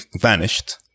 vanished